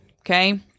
okay